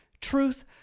truth